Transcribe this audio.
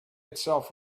itself